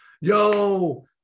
yo